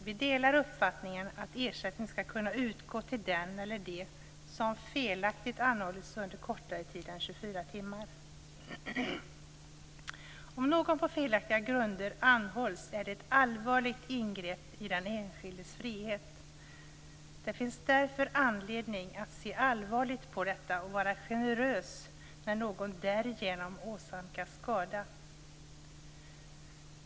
Vi delar uppfattningen att ersättning skall kunna utgå till den eller dem som felaktigt anhållits under kortare tid än 24 timmar. Om någon anhålls på felaktiga grunder är det ett allvarligt ingrepp i den enskildes frihet. Det finns därför anledning att se allvarligt på detta och att vara generös när någon därigenom åsamkas skada.